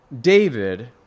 David